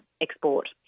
export